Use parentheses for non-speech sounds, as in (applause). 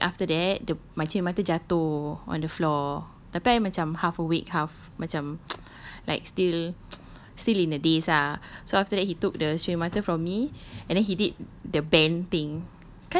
oh ya then after that the my cermin mata jatuh on the floor tapi I macam half awake half macam (noise) like still (noise) still in the daze ah so after that he took the cermin mata from me and then he did the bend thing